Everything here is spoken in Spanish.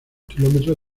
kilómetros